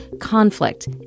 conflict